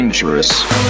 Dangerous